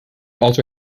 also